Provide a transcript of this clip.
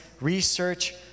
research